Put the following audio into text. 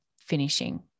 finishing